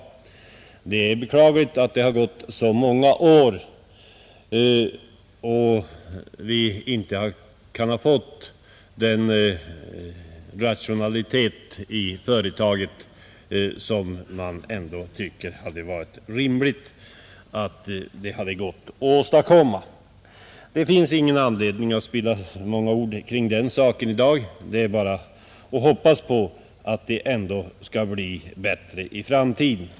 Det är beklagligt att det gått så många år utan att vi fått den rationalitet i företaget som det rimligtvis måste ha gått att åstadkomma. Det finns ingen anledning att spilla ord på den saken i dag; det är bara att hoppas på att det skall bli bättre i framtiden.